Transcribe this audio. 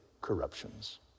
corruptions